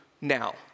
now